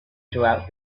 throughout